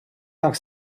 tak